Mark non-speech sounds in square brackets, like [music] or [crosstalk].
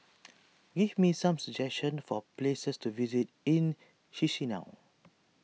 [noise] give me some suggestions for places to visit in Chisinau